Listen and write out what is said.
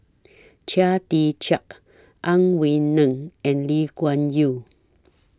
Chia Tee Chiak Ang Wei Neng and Lee Kuan Yew